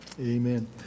Amen